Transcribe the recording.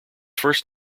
first